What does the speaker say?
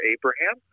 Abraham